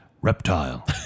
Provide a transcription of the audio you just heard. Reptile